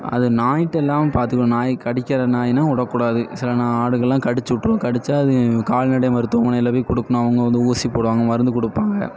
அது நாய்ட்டல்லாம் பார்த்துக்கிடணும் நாய் கடிக்கின்ற நாய்னா விடக்கூடாது சில ஆடுகள்லாம் கடித்து விட்டுரும் கடிச்சா அது கால்நடை மருத்துவமனையில் போய் கொடுக்கணும் அவங்க வந்து ஊசி போடுவாங்க மருந்து கொடுப்பாங்க